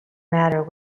matter